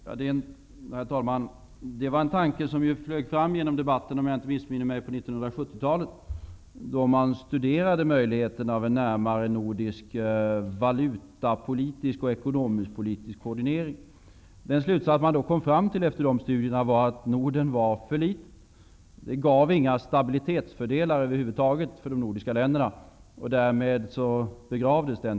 Herr talman! Det var en tanke som flög fram genom debatten på 1970-talet, om jag inte missminner mig. Man studerade då möjligheterna av en närmare nordisk valutapolitisk och ekonomisk-politisk koordinering. Den slutsats man då kom fram till var att Norden var för litet. Det gav inte några stabilitetsfördelar över huvud taget för de nordiska länderna. Därmed begravdes tanken.